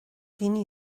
dhaoine